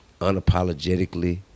unapologetically